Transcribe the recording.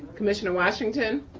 commissioner washington.